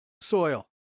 soil